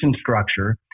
structure